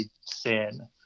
sin